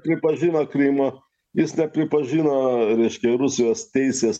pripažino krymą jis nepripažino reiškia rusijos teisės